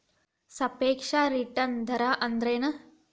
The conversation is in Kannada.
ಸಾಪೇಕ್ಷ ರಿಟರ್ನ್ ದರ ಅಂದ್ರೆನ್